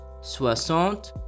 soixante